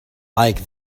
like